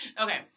Okay